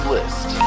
List